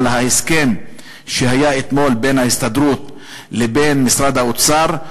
על ההסכם שהוסכם אתמול בין ההסתדרות לבין משרד האוצר,